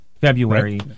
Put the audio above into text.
February